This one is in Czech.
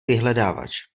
vyhledávač